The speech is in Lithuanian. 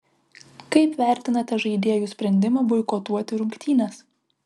kaip vertinate žaidėjų sprendimą boikotuoti rungtynes